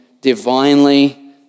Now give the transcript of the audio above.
divinely